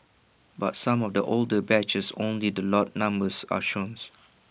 but some of the older batches only the lot numbers are showns